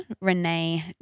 renee